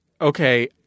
Okay